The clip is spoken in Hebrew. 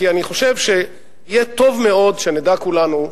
כי אני חושב שיהיה טוב מאוד שנדע כולנו,